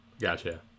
Gotcha